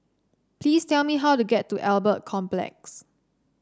please tell me how to get to Albert Complex